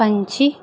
ਪੰਛੀ